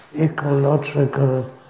ecological